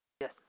yes